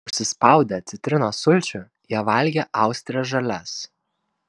užsispaudę citrinos sulčių jie valgė austres žalias